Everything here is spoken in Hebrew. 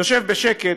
יושב בשקט.